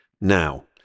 Now